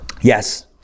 Yes